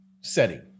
setting